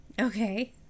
Okay